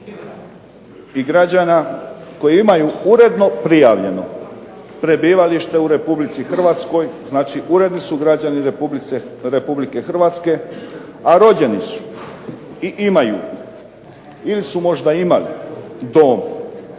i građana koji imaju uredno prijavljeno prebivalište u Republici Hrvatskoj, znači uredni su građani Republike Hrvatske, a rođeni su i imaju ili su možda imali dom